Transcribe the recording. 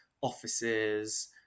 offices